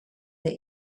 that